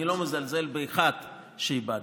ואני לא מזלזל באחד שאיבדנו.